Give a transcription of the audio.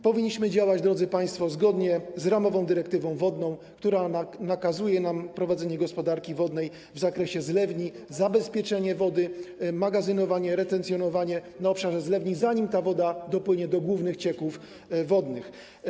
Powinniśmy działać, drodzy państwo, zgodnie z ramową dyrektywą wodną, która nakazuje nam prowadzenie gospodarki wodnej w zakresie zlewni, zabezpieczenie wody, magazynowanie, retencjonowanie na obszarze zlewni, zanim ta woda dopłynie do głównych cieków wodnych.